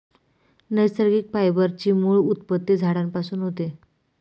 नैसर्गिक फायबर ची मूळ उत्पत्ती झाडांपासून होते